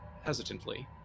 hesitantly